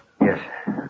Yes